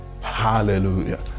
hallelujah